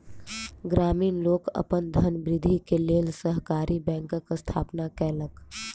ग्रामीण लोक अपन धनवृद्धि के लेल सहकारी बैंकक स्थापना केलक